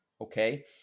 okay